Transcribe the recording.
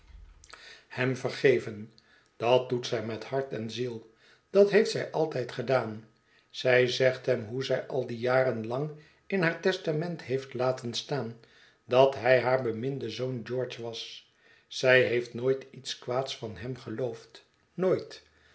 hem vergeven dat doet zij met hart en ziel dat heeft zij altijd gedaan zij zegt hem hoe zij al die jaren lang in haar testament heeft laten staan dat hij haar beminde zoon george was zij heeft nooit iets kwaads van hem geloofd nooit